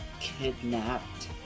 kidnapped